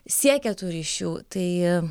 siekia tų ryšių tai